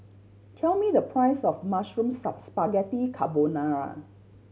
tell me the price of Mushroom Spaghetti Carbonara